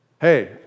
Hey